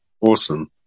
awesome